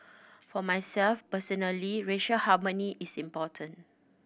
for myself personally racial harmony is important